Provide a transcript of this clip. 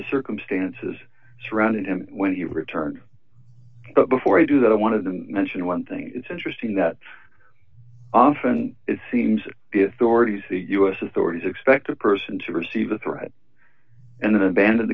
the circumstances surrounding him when he returned but before i do that i want to mention one thing it's interesting that often it seems that the authorities the u s authorities expect a person to receive a threat and then abandon